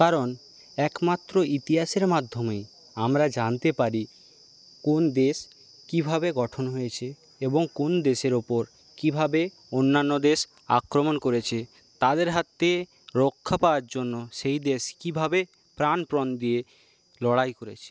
কারণ একমাত্র ইতিহাসের মাধ্যমেই আমরা জানতে পারি কোন দেশ কীভাবে গঠন হয়েছে এবং কোন দেশের ওপর কীভাবে অন্যান্য দেশ আক্রমণ করেছে তাদের হাত থেকে রক্ষা পাওয়ার জন্য সেই দেশ কীভাবে প্রাণপণ দিয়ে লড়াই করেছে